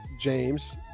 James